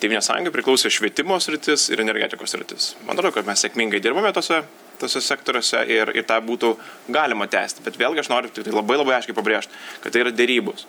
tėvynės sąjungai priklausė švietimo sritis ir energetikos sritis man atrodo kad mes sėkmingai dirbome tose tuose sektoriuose ir ir tą būtų galima tęsti bet vėlgi aš noriu tiktai labai labai aiškiai pabrėžt kad tai yra derybos